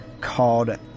called